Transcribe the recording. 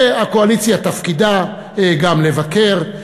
הקואליציה תפקידה גם לבקר,